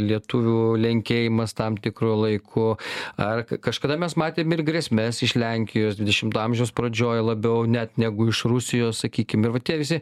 lietuvių lenkėjimas tam tikru laiku ar kažkada mes matėm ir grėsmes iš lenkijos dvidešimto amžiaus pradžioj labiau net negu iš rusijos sakykim ir va tie visi